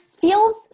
feels